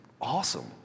awesome